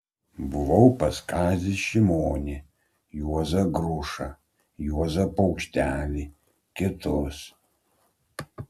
buvau pas kazį šimonį juozą grušą juozą paukštelį kitus